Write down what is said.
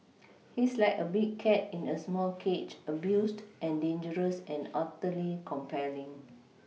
he's like a big cat in a small cage abused and dangerous and utterly compelling